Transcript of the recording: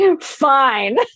Fine